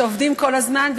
שעובדים כל הזמן,